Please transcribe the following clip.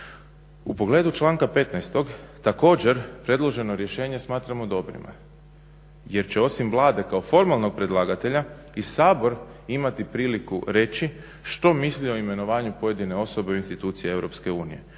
U pogledu članka 15. također predloženo rješenje smatramo dobrime jer će osim Vlade kao formalnog predlagatelja i Sabor imati priliku reći što misli o imenovanju pojedine osobe u institucije EU.